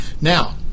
Now